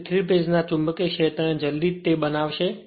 તેથી 3 ફેજ ના ચુંબકીય ક્ષેત્રને જલ્દી જ તે બનાવશે